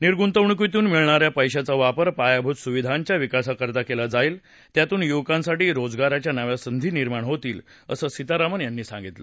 निर्गुतवणूकीतून मिळणा या पैशाचा वापर पायाभूत सुविधांच्या विकासाकरता केला जाईल त्यातून युवकांसाठी रोजगाराच्या नव्या संधी निर्माण होतील असं सीतारामन यांनी सांगितलं